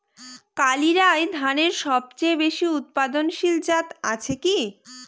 কালিরাই ধানের সবচেয়ে বেশি উৎপাদনশীল জাত আছে কি?